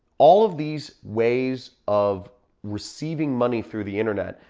all of these ways of receiving money through the internet,